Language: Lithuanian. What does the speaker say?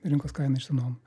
rinkos kaina išsinuomojo